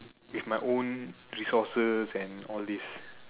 with my own resources and all these